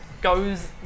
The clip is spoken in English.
goes